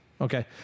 Okay